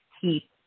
keep